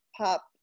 pop